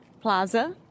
Plaza